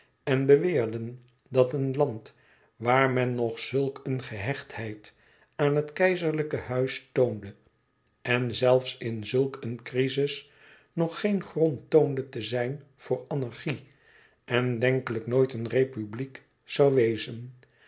en beweerden dat een land waar men nog zulk eene gehechtheid aan het keizerlijke huis toonde zelfs in zulk een crizis nog geen grond toonde te zijn voor anarchie en denkelijk nooit een republiek zoû wezen